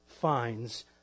fines